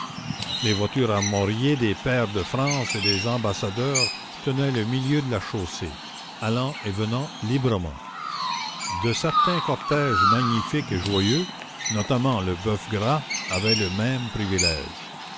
les voitures armoriées des pairs de france et des ambassadeurs tenaient le milieu de la chaussée allant et venant librement de certains cortèges magnifiques et joyeux notamment le boeuf gras avaient le même privilège